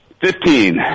Fifteen